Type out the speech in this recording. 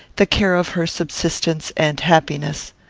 the care of her subsistence and happiness.